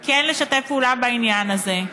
כן לשתף פעולה בעניין הזה.